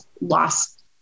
lost